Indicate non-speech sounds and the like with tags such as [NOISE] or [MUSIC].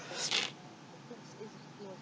[NOISE]